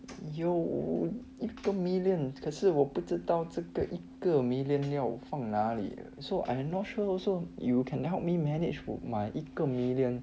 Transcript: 有一个 million 可是我不知道这个一个 million 要放哪里 so I not sure also you can help me manage my 一个 million